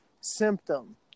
symptom